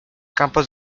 campos